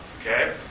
okay